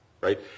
Right